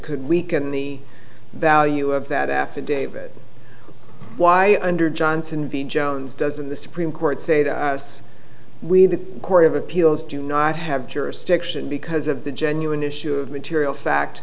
could weaken the value of that affidavit why under johnson v jones doesn't the supreme court say to us we the court of appeals do not have jurisdiction because of the genuine issue of material fact